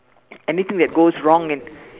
anything that goes wrong and